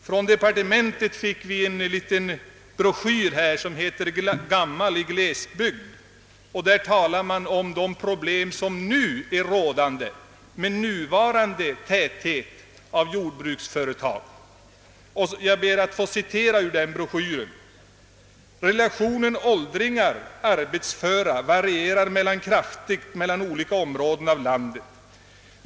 Från socialdepartementet erhöll vi en liten broschyr som heter »Gammal i glesbygd», i vilken talas om de problem som finns med nuvarande täthet i fråga om jordbruksföretag. Jag ber att få citera ur denna broschyr: »Relationen åldringar —arbetsföra varierar kraftigt mellan olika områden av landet.